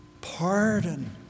pardon